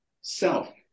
self